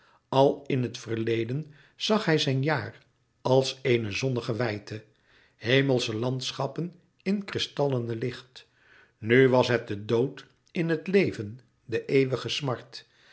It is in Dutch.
al in het verleden zag hij zijn jaar als eéne zonnige wijdte hemelsche landschappen in kristallene licht nu was het de dood in het leven de eeuwige smart